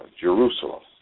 Jerusalem